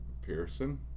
Pearson